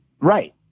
Right